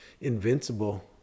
invincible